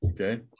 Okay